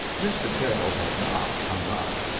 mr. carroll had not hung up,